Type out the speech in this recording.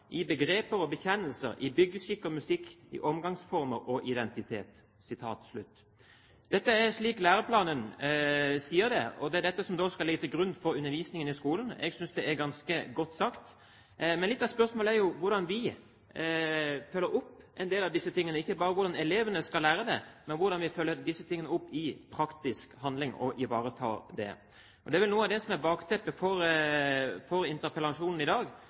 i begreper og bekjennelser, i byggeskikk og musikk, i omgangsformer og identitet.» Dette er slik læreplanen sier det, og det er dette som skal ligge til grunn for undervisningen i skolen. Jeg synes det er ganske godt sagt. Men litt av spørsmålet er jo hvordan vi følger opp en del av disse tingene – ikke bare hvordan elevene skal lære det, men hvordan vi følger disse tingene opp i praktisk handling og ivaretar det. Det er vel noe av det som er bakteppet for interpellasjonen i dag.